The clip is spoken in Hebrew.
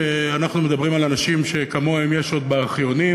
שכשאנחנו מדברים על אנשים שכמוהם יש עוד בארכיונים,